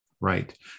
Right